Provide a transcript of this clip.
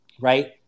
right